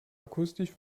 akustisch